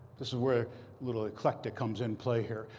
this is where a little eclectic comes in play here.